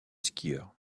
skieurs